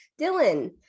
dylan